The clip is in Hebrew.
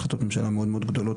החלטות ממשלה מאוד גדולות,